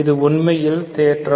இது உண்மையில் தேற்றம்